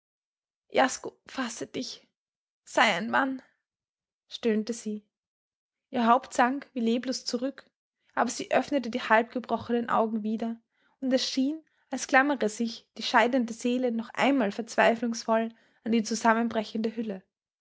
fasse dich sei ein mann stöhnte sie ihr haupt sank wie leblos zurück aber sie öffnete die halb gebrochenen augen wieder und es schien als klammere sich die scheidende seele noch einmal verzweiflungsvoll an die zusammenbrechende hülle